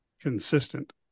consistent